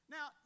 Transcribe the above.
Now